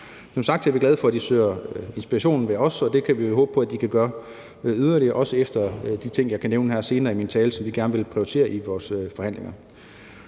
Som sagt er vi glade for, at man søger inspiration hos os, og det kan vi jo håbe på at man kan gøre yderligere, også med hensyn til de ting, jeg vil nævne her senere i min tale, som vi gerne vil prioritere i vores forhandlinger.